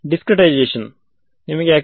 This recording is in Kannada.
ವಿದ್ಯಾರ್ಥಿನಾವು ಕರ್ಲ್ ನ್ನು ತೆಗೆದುಕೊಳ್ಳಬಹುದೇ